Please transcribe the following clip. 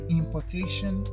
importation